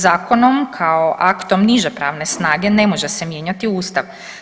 Zakonom kao aktom niže pravne snage ne može se mijenjati Ustav.